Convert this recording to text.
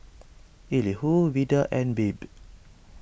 Elihu Vida and Babe